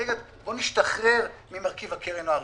בוא נשתחרר ממרכיב הקרן או הריבית,